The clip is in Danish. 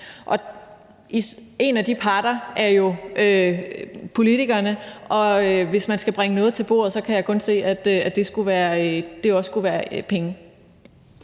En af de parter er jo politikerne, og hvis man skal bringe noget til bordet, kan jeg kun se, at det også skulle være penge.